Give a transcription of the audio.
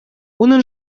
унӑн